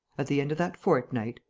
at the end of that fortnight,